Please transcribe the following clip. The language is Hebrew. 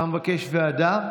אתה מבקש ועדה?